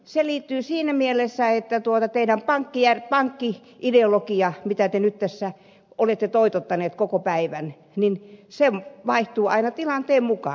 se liittyy siinä mielessä että teidän pankki ideologianne mitä te nyt tässä olette toitottaneet koko päivän vaihtuu aina tilanteen mukaan